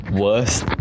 worst